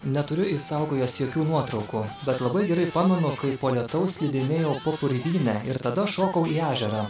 neturiu išsaugojęs jokių nuotraukų bet labai gerai pamenu kai po lietaus slidinėjau po purvynę ir tada šokau į ežerą